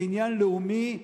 זה עניין לאומי,